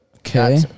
Okay